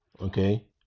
Okay